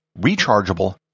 rechargeable